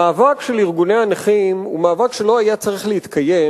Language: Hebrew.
המאבק של ארגוני הנכים הוא מאבק שלא היה צריך להתקיים,